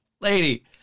Lady